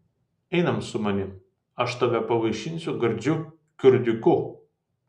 einam su manim aš tave pavaišinsiu gardžiu kurdiuku